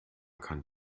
kann